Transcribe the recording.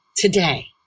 today